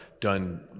done